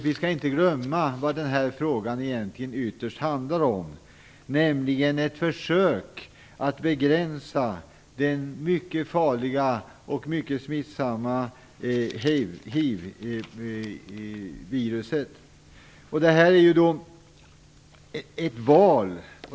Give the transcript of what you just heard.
Vi skall inte glömma vad den här frågan egentligen ytterst handlar om, nämligen om ett försök att begränsa det mycket farliga och mycket smittsamma hivviruset. Det handlar om ett val.